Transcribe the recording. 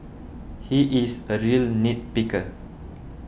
he is a real nit picker